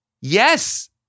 Yes